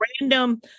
random